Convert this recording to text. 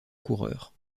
coureur